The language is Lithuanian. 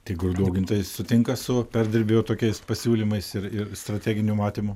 tik grūdų augintojai sutinka su perdirbėjų tokiais pasiūlymais ir ir strateginiu matymu